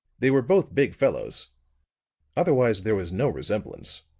they were both big fellows otherwise there was no resemblance.